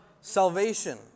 salvation